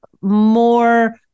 more